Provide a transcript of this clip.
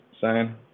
Sign